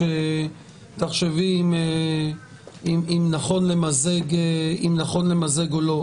ותחשבי אם נכון למזג או לא,